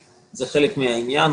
זה חלק מהעניין,